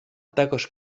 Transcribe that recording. також